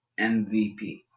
MVP